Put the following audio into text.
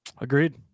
Agreed